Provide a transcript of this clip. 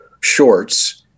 shorts